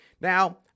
Now